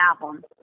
album